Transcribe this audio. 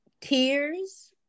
tears